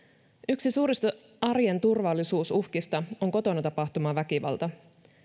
yksi suurista arjen turvallisuusuhkista on kotona tapahtuva väkivalta